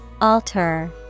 Alter